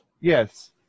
Yes